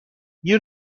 you